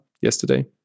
yesterday